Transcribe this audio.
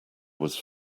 was